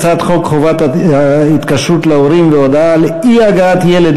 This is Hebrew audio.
הצעת חוק חובת התקשרות להורים והודעה על אי-הגעת ילד